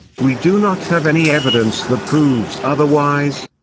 we do not have any evidence that proves otherwise.